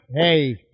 Hey